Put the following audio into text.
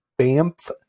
BAMF